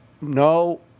No